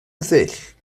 ddull